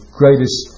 greatest